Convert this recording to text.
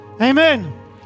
Amen